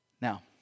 Now